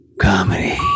comedy